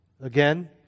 Again